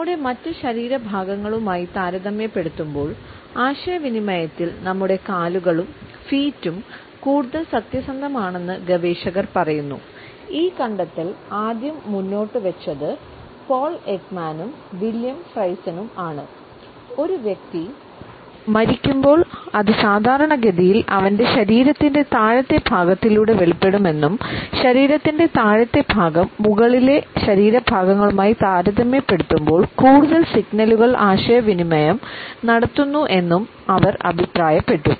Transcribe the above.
നമ്മുടെ മറ്റ് ശരീരഭാഗങ്ങളുമായി താരതമ്യപ്പെടുത്തുമ്പോൾ ആശയവിനിമയത്തിൽ നമ്മുടെ കാലുകളും ഫീറ്റും ആണ് ഒരു വ്യക്തി മരിക്കുമ്പോൾ അത് സാധാരണഗതിയിൽ അവന്റെ ശരീരത്തിന്റെ താഴത്തെ ഭാഗത്തിലൂടെ വെളിപ്പെടുമെന്നും ശരീരത്തിന്റെ താഴത്തെ ഭാഗം മുകളിലേ ശരീര ഭാഗങ്ങളുമായി താരതമ്യപ്പെടുത്തുമ്പോൾ കൂടുതൽ സിഗ്നലുകൾ ആശയവിനിമയം നടത്തുന്നു എന്നും അവർ അഭിപ്രായപ്പെട്ടു